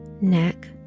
neck